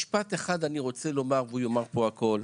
משפט אחד אני רוצה לומר והוא יאמר פה הכול.